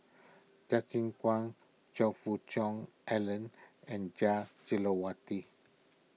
Justin Zhuang Choe Fook Cheong Alan and Jah Jelawati